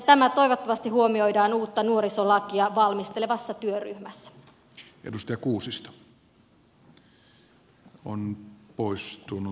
tämä toivottavasti huomioidaan uutta nuorisolakia valmistelevassa työryhmässä